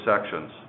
sections